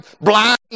blind